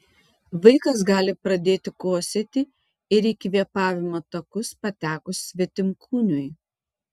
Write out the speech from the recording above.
vaikas gali pradėti kosėti ir į kvėpavimo takus patekus svetimkūniui